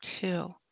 two